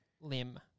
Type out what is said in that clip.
Lim